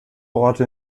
orte